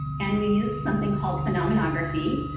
and we used something called phenomenography.